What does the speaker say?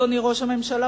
אדוני ראש הממשלה,